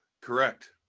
Correct